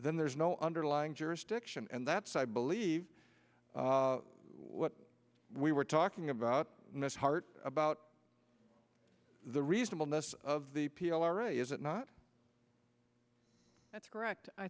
then there's no underlying jurisdiction and that's i believe what we were talking about in this heart about the reasonableness of the p r i is it not that's correct i